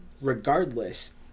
regardless